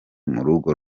murugo